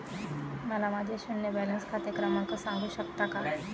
मला माझे शून्य बॅलन्स खाते क्रमांक सांगू शकता का?